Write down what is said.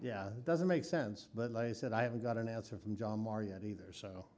yeah doesn't make sense but les said i haven't got an answer from john maher yet either so